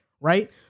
right